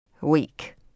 week